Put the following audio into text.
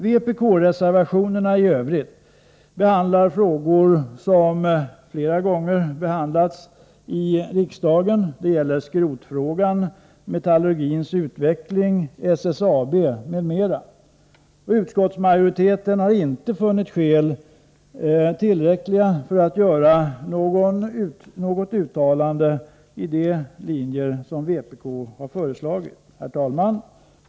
Vpk-reservationerna i övrigt gäller frågor som flera gånger tidigare behandlats i riksdagen. Det är skrotfrågan, metallurgins utveckling, SSAB m.m. Utskottsmajoriteten har inte funnit tillräckliga skäl för att göra några uttalanden i den riktning som vpk föreslagit. Herr talman!